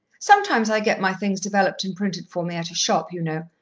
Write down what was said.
sometimes i get my things developed and printed for me at a shop, you know.